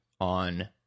on